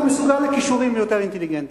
אתה מסוגל לקישורים יותר אינטליגנטיים.